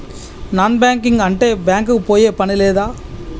Non banking అంటే bank కి పోయే పని లేదా?